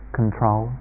control